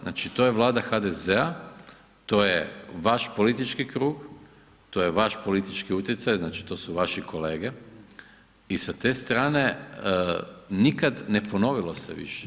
Znači to je Vlada HDZ-a, to je vaš politički krug, to je vaš politički utjecaj, znači to su vaši kolege i sa te strane nikad, ne ponovilo se više.